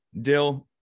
Dill